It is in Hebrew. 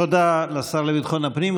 תודה לשר לביטחון הפנים.